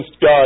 God